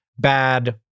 bad